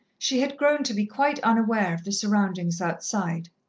she had grown to be quite unaware of the surroundings outside.